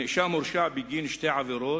הנאשם הורשע, כך כתוב, בגין שתי עבירות